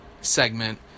segment